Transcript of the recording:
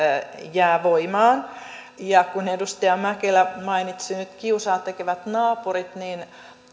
jää voimaan ja kun edustaja mäkelä mainitsi nyt kiusaa tekevät naapurit niin